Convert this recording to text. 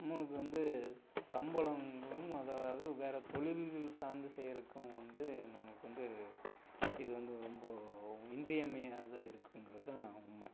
நம்மளுக்கு வந்து சம்பளங்களும் அதாவது வேறு தொழில்கள் சார்ந்த செயலுக்கும் வந்து நம்மளுக்கு வந்து அது இது வந்து ரொம்ப இன்றியமையாததாக இருக்குங்கிறது தான் உண்மை